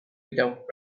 without